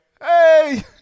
hey